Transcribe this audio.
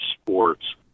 sports